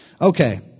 Okay